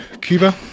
Cuba